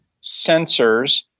sensors